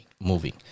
moving